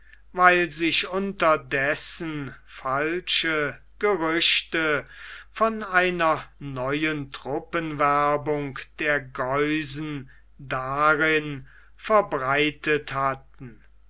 weil sich unterdessen falsche gerüchte von einer neuen truppenwerbung der geusen darin verbreitet hatten